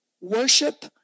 worship